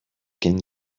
can